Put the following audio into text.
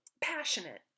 passionate